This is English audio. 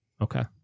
Okay